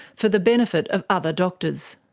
for the benefit of other doctors.